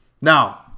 Now